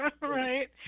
right